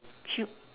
cute